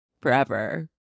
forever